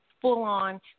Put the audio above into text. full-on